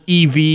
EV